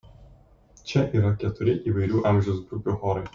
čia yra keturi įvairių amžiaus grupių chorai